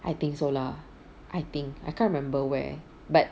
I think so lah I think I can't remember where but